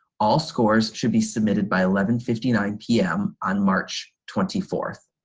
all scores should be submitted by eleven fifty nine p m. on march twenty four.